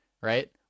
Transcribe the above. right